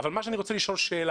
אני רוצה לשאול שתי